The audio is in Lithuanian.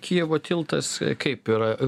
kijevo tiltas kaip yra